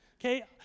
Okay